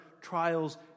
trials